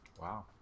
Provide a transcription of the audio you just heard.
Wow